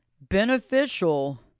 beneficial